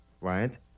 right